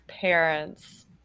parents